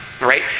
right